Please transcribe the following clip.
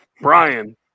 Brian